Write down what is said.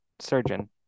surgeon